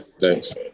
thanks